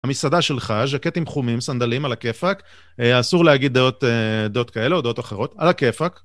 המסעדה שלך, ז'קטים חומים, סנדלים על הכיפאק, אסור להגיד דעות כאלה או דעות אחרות, על הכיפאק.